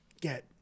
get